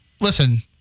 listen